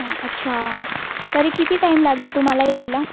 हं अच्छा तरी किती टाईम लागेल तुम्हाला यायला